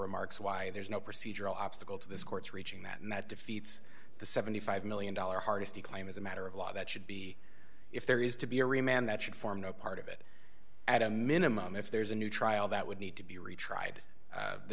remarks why there's no procedural obstacle to this court's reaching that and that defeats the seventy five million dollars hardesty claim as a matter of law that should be if there is to be a remained that should form no part of it at a minimum if there's a new trial that would need to be retried